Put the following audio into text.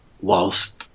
whilst